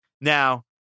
Now